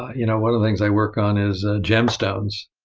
you know one of the things i work on is gemstones.